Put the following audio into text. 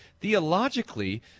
Theologically